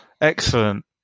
excellent